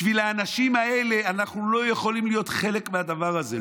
בשביל האנשים האלה אנחנו לא יכולים להיות חלק מהדבר הזה,